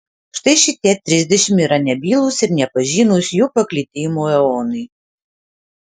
štai šitie trisdešimt yra nebylūs ir nepažinūs jų paklydimo eonai